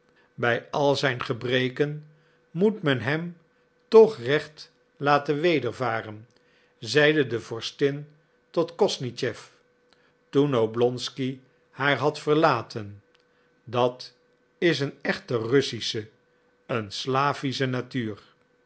bij al zijn gebreken moet men hem toch recht laten wedervaren zeide de vorstin tot kosnischew toen oblonsky haar had verlaten dat is een echt russische een slavische natuur